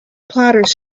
plotters